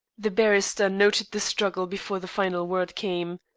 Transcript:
the barrister noted the struggle before the final word came.